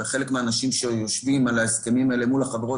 וחלק מהאנשים שיושבים על ההסכמים האלה מול החברות